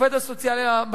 כמה מקבל עובד סוציאלי מתחיל,